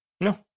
No